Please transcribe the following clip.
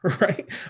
right